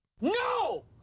No